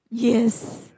yes